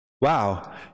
wow